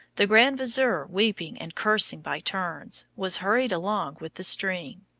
the grand vizier, weeping and cursing by turns, was hurried along with the stream.